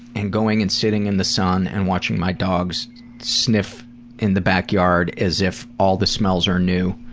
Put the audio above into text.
and going and sitting in the sun, and watching my dogs sniff in the back yard, as if all the smells are new.